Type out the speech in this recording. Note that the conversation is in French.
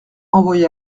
envoyer